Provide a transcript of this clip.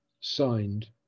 signed